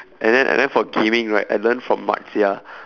and then and then for gaming right I learned from marzia